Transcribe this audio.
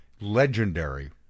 legendary